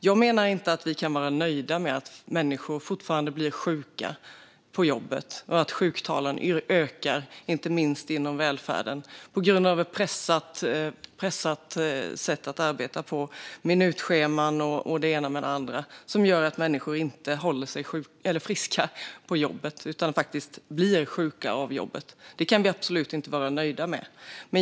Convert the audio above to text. Jag menar inte att vi kan vara nöjda med att människor fortfarande blir sjuka på jobbet och att sjuktalen ökar, inte minst inom välfärden, på grund av ett pressat sätt att arbeta på minutscheman och det ena med det andra som gör att människor inte håller sig friska på jobbet utan faktiskt blir sjuka av det. Detta kan vi absolut inte vara nöjda med.